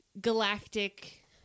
galactic